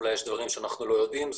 אולי יש דברים שאנחנו לא יודעים,